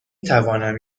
تونم